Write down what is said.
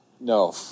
No